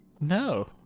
No